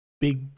big